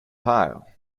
pile